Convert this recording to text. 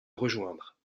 rejoindre